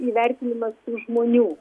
įvertinimas tų žmonių